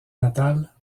natale